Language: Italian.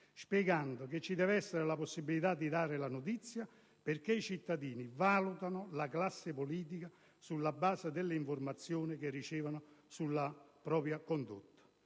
spiegando che «ci deve essere la possibilità di dare la notizia, perché i cittadini valutano la classe politica sulla base delle informazioni che ricevono sulla sua condotta».